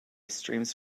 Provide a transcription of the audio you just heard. streams